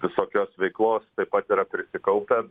visokios veiklos taip pat yra prisikaupę